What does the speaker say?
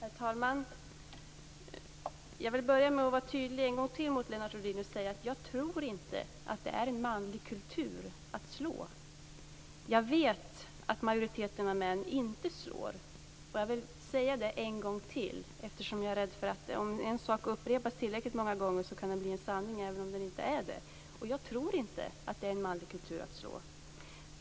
Herr talman! Jag vill börja med att vara tydlig mot Lennart Rohdin en gång till och säga att jag tror inte att det är en manlig kultur att slå. Jag vet att majoriteten av männen inte slår. Jag vill säga detta en gång till, därför att om en sak upprepas tillräckligt många gånger kan den bli en sanning även om den inte är det. Jag tror inte att det är en manlig kultur att slå.